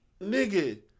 nigga